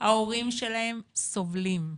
ההורים שלהם סובלים.